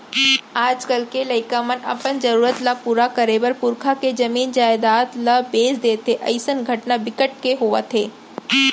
आजकाल के लइका मन अपन जरूरत ल पूरा करे बर पुरखा के जमीन जयजाद ल बेच देथे अइसन घटना बिकट के होवत हे